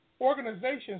organizations